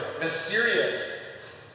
mysterious